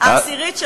העשירית.